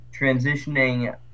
Transitioning